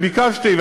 ביקשתי,